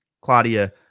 Claudia